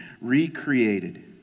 recreated